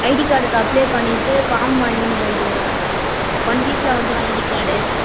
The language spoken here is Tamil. ஐடி கார்டுக்கு அப்ளே பண்ணிவிட்டு ஃபார்ம் வாங்கின்னு போய்டு ஒன் வீக்கில் வந்துவிடும் ஐடி கார்டு